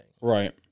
Right